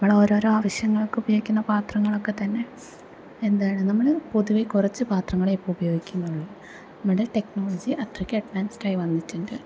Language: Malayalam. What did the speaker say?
നമ്മളോരോരോ ആവശ്യങ്ങൾക്ക് ഉപയോഗിക്കുന്ന പാത്രങ്ങളൊക്കെതന്നെ എന്താണ് നമ്മള് പൊതുവേ കുറച്ച് പാത്രങ്ങളേ ഇപ്പോൾ ഉപയോഗിക്കുന്നുള്ളു നമ്മുടെ ടെക്നോളജി അത്രയ്ക്ക് അഡ്വാൻസിഡായി വന്നിട്ടുണ്ട്